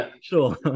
sure